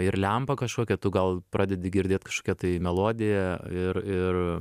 ir lempą kažkokią tu gal pradedi girdėt kažkokią tai melodiją ir ir